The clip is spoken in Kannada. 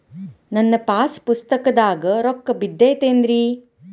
ನನ್ನ ಪಾಸ್ ಪುಸ್ತಕದಾಗ ರೊಕ್ಕ ಬಿದ್ದೈತೇನ್ರಿ?